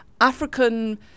african